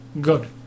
good